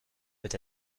peut